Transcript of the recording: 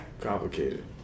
Complicated